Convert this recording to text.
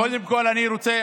קודם כול אני רוצה,